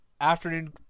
afternoon